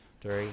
Three